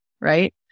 right